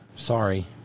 Sorry